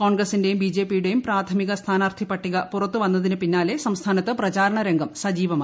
കോൺഗ്രസിന്റെയും ബിജെപിയുടെയും പ്രാഥമിക സ്ഥാനാർത്ഥി പട്ടിക പുറത്തുവന്നതിനു പിന്നാലെ സംസ്ഥാനത്ത് പ്രചാരണരംഗം സജീവമായി